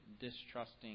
distrusting